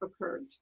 occurred